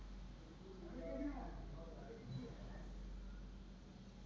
ಜೇನತುಪ್ಪಾ ಆರೋಗ್ಯಕ್ಕ ಭಾಳ ಚುಲೊ ಇದರಾಗ ಔಷದೇಯ ಗುಣಾನು ಅದಾವ